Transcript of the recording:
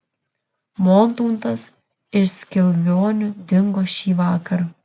montautas iš skilvionių dingo šįvakar